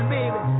baby